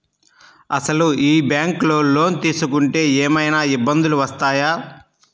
అసలు ఈ బ్యాంక్లో లోన్ తీసుకుంటే ఏమయినా ఇబ్బందులు వస్తాయా?